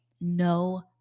no